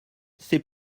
c’est